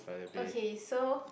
okay so